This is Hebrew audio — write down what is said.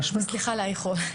סליחה על האיחור.